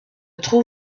trou